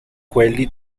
quelli